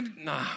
Nah